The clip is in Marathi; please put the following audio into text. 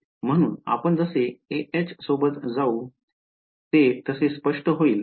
म्हणून आपण जसे ah सोबत जाऊ ते तसे स्पष्ट होईल